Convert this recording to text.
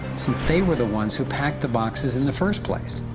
since they were the ones who packed the boxes in the first place.